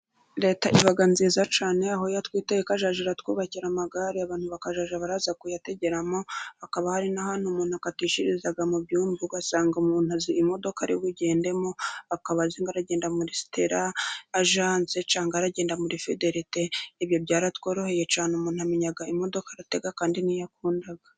Leta iba nziza cyane aho yatwitayeho, ikajya itwubakira amagare abantu bakazajya baza kuyategeramo, hakaba hari n'ahantu umuntu akatishiriza mu byumba, ugasanga umuntu azi imodoka ari bugendemo akaba azi ngo aragenda muri stela ajanse, cyangwa aragenda muri fidelite. Ibyo byaratworoheye cyane, umuntu amenya imodoka aratega kandi n'iyo akunda.